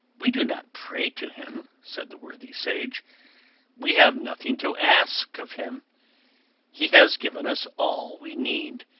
we do not pray to him, said the worthy sage we have nothing to ask of him he has given us all we need,